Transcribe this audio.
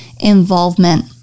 involvement